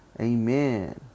amen